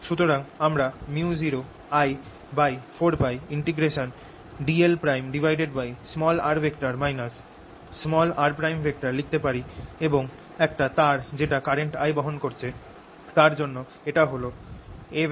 সুতরাং আমরা µ0I4πdlr r লিখতে পারি এবং একটা তার যেটা কারেন্ট I বহন করছে তার জন্য এটাই হল A